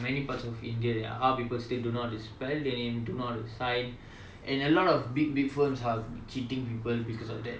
many parts of india there are people still do not know how to spell their name do not know how to sign and a lot of big big firms are cheating people because of that